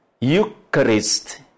Eucharist